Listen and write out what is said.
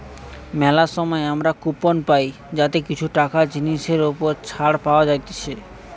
মেলা সময় আমরা কুপন পাই যাতে কিছু টাকা জিনিসের ওপর ছাড় পাওয়া যাতিছে